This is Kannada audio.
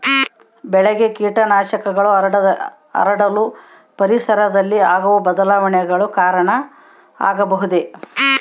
ಬೆಳೆಗೆ ಕೇಟನಾಶಕಗಳು ಹರಡಲು ಪರಿಸರದಲ್ಲಿ ಆಗುವ ಬದಲಾವಣೆಗಳು ಕಾರಣ ಆಗಬಹುದೇ?